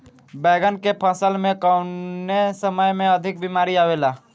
बैगन के फसल में कवने समय में अधिक बीमारी आवेला?